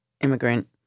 immigrant